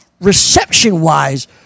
reception-wise